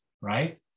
Right